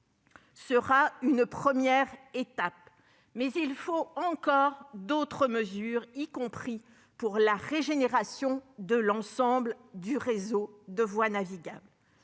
sera une première étape, mais il faut d'autres mesures, y compris pour la régénération de l'ensemble du réseau de voies navigables.